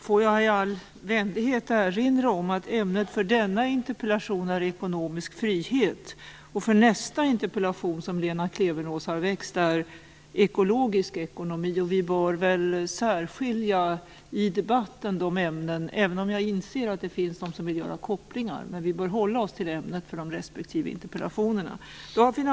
Får jag i all vänlighet erinra om att ämnet för denna interpellation är ekonomisk frihet. Ämnet i nästa interpellation, som Lena Klevenås har väckt, är ekologisk ekonomi. Vi bör särskilja dessa ämnen i debatten, även om jag inser att det finns de som vill göra kopplingar. Men vi bör hålla oss till ämnet för de respektive interpellationerna.